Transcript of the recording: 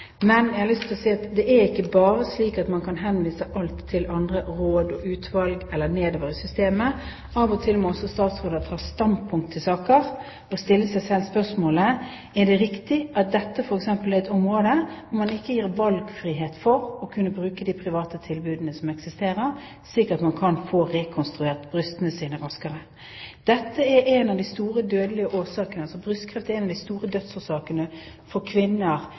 henvise alt til andre råd og utvalg, eller nedover i systemet. Av og til må også statsråder ta standpunkt til saker og stille seg selv spørsmålet: Er det riktig at f.eks. dette er et område hvor man ikke gir valgfrihet til å kunne bruke de private tilbudene som eksisterer, slik at man kan få rekonstruert brystene sine raskere? Brystkreft er en av de store dødsårsakene for kvinner under pensjonsalderen i Norge. Det er